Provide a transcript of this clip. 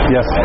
Yes